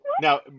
Now